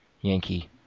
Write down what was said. Yankee